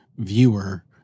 viewer